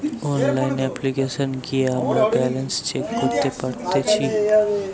online অপ্লিকেশনে গিয়ে আমরা ব্যালান্স চেক করতে পারতেচ্ছি